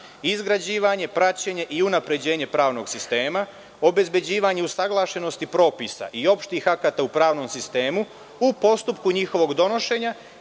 izgrađivanje, praćenje i unapređenje pravnog sistema, obezbeđivanje usaglašenosti propisa i opštih akata u pravnom sistemu u postupku njihovog donošenja